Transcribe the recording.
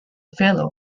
fellow